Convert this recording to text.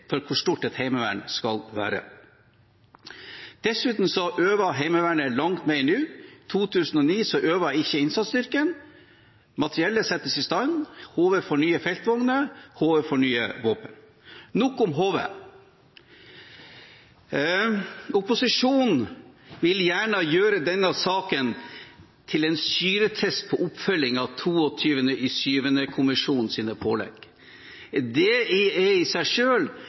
for hvor stort Heimevernet skal være. Dessuten øver Heimevernet langt mer nå. I 2009 øvde ikke innsatsstyrken. Materiellet settes i stand. HV får nye feltvogner. HV får nye våpen – nok om HV. Opposisjonen vil gjerne gjøre denne saken til en syretest på oppfølging av 22. juli-kommisjonens pålegg. Det er i seg